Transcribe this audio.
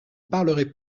parlerai